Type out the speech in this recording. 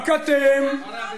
רק אתם.